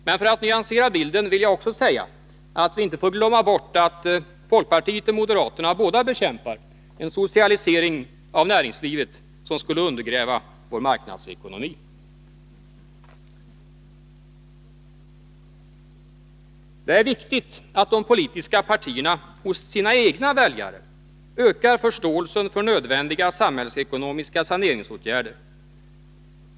Men för att nyansera bilden vill jag också säga att vi inte får glömma bort att folkpartiet och moderaterna båda bekämpar en socialisering av näringslivet, som skulle undergräva vår marknadsekonomi. Det är viktigt att de politiska partierna hos sina egna väljare ökar förståelsen för nödvändiga samhällsekonomiska saneringsåtgärder.